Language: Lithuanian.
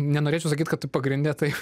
nenorėčiau sakyt kad pagrinde tai